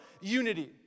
unity